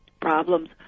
problems